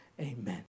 Amen